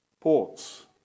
Ports